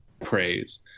praise